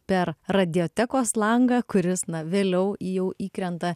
per radiotekos langą kuris na vėliau jau įkrenta